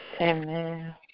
Amen